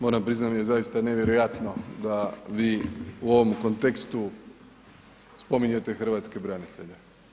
Moram priznati da mi je zaista nevjerojatno da vi u ovom kontekstu spominjete hrvatske branitelje.